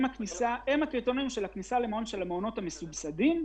אלה הקריטריונים של הכניסה למעונות המסובסדים.